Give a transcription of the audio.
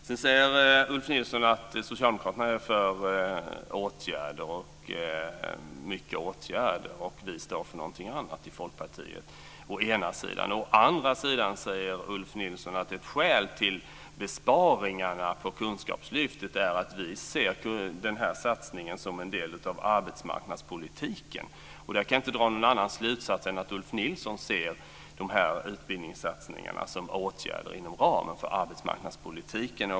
Sedan säger Ulf Nilsson å ena sidan att socialdemokraterna är för mycket åtgärder och att Folkpartiet står för någonting annat. Å andra sidan säger Ulf Nilsson att ett skäl till besparingarna på Kunskapslyftet är att Folkpartiet ser den här satsningen som en del av arbetsmarknadspolitiken. Där kan jag inte dra någon annan slutsats än att Ulf Nilsson ser dessa utbildningssatsningar som åtgärder inom ramen för arbetsmarknadspolitiken.